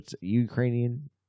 Ukrainian